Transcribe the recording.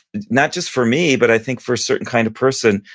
not just for me, but i think for a certain kind of person,